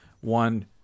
one